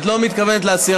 את לא מתכוונת להסיר,